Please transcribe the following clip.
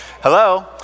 Hello